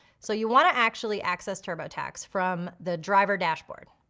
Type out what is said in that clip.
so you wanna actually access turbotax from the driver dashboard,